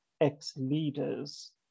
ex-leaders